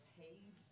paid